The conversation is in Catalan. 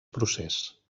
procés